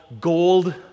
gold